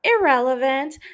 Irrelevant